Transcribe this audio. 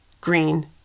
green